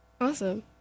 awesome